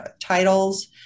titles